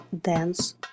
dance